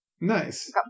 Nice